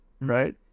right